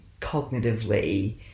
cognitively